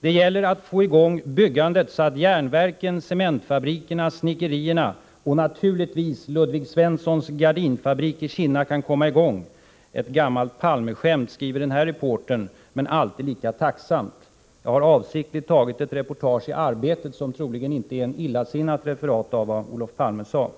Det gäller att få i gång byggandet så att järnverken, cementfabrikerna, snickerierna och naturligtvis Ludvig Svenssons gardinfabrik i Kinna kan komma i gång. Reportern skriver att detta är ett gammalt Palmeskämt, men alltid lika tacksamt. Jag har avsiktligt tagit citatet ur ett reportage ur Arbetet, som troligen inte är en illasinnad skildring av vad Olof Palme sade.